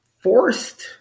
forced